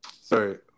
sorry